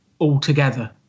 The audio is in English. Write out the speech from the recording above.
altogether